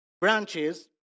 branches